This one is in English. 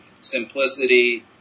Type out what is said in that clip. simplicity